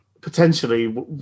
potentially